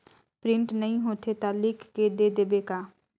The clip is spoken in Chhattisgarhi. प्रिंट नइ होथे ता लिख के दे देबे का?